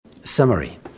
Summary